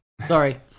Sorry